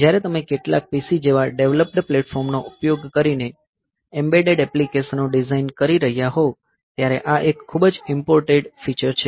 જ્યારે તમે કેટલાક PC જેવા ડેવલપ્ડ પ્લેટફોર્મનો ઉપયોગ કરીને એમ્બેડેડ એપ્લીકેશનો ડિઝાઇન કરી રહ્યા હોવ ત્યારે આ એક ખૂબ જ ઇમ્પોર્ટેંટ ફીચર છે